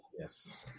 yes